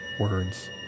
words